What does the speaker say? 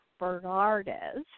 Bernardes